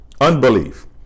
unbelief